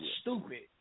stupid